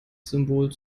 symbol